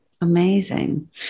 Amazing